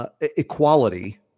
Equality